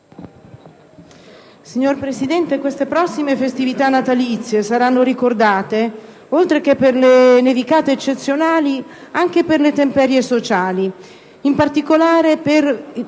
Signor Presidente, questa prossime festività natalizie saranno ricordate, oltre che per le nevicate eccezionali, anche per le intemperie sociali,